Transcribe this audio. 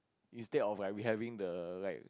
instead of like we having the like